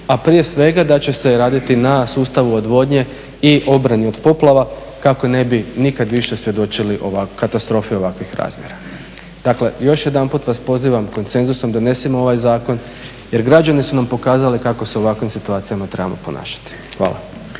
a prije svega da će se raditi na sustavu odvodnje i obrane od poplava kako ne bi nikad više svjedočili katastrofi ovakvih razmjera. Dakle, još jedanput vas pozivam konsenzusom donesimo ovaj zakon jer građani su nam pokazali kako se u ovakvim situacijama trebamo ponašati. Hvala.